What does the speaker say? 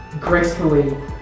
gracefully